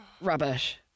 rubbish